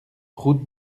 route